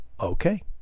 okay